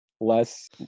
less